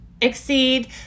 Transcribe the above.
exceed